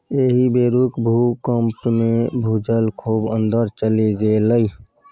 एहि बेरुक भूकंपमे भूजल खूब अंदर चलि गेलै